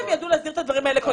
אם הם ידעו להסדיר את הדברים האלה,